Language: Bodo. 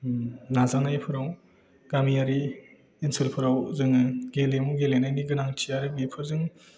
नाजानायफोराव गामियारि ओनसोलफोराव जोङो गेलेमु गेलेनायनि गोनांथि आरो बेफोरजों